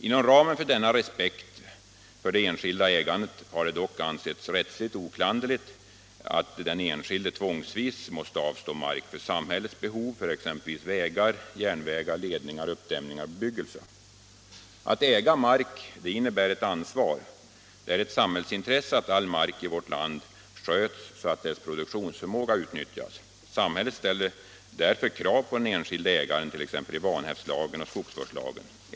Inom ramen för denna respekt för den enskildes äganderätt har det dock ansetts rättsligt oklanderligt att den enskilde tvångsvis måste avstå mark för samhällets behov för exempelvis vägar, järnvägar, ledningar, uppdämningar och bebyggelse. Att äga mark innebär ett ansvar. Det är ett samhällsintresse att all mark i vårt land sköts så att dess produktionsförmåga utnyttjas. Samhället ställer därför krav på den enskilde ägaren t.ex. i vanhävdslagen och skogsvårdslagen.